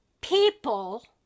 people